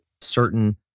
certain